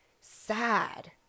sad